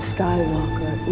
Skywalker